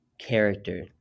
character